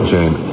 Jane